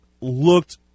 Looked